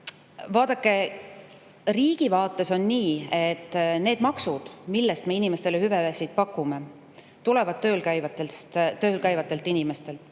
Vaadake, riigi vaates on nii, et need maksud, mille eest me inimestele hüvesid pakume, tulevad tööl käivatelt inimestelt,